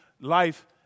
Life